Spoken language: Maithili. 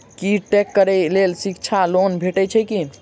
बी टेक करै लेल शिक्षा लोन भेटय छै की?